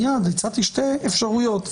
מייד הצעתי שתי אפשרויות.